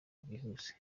bwihuse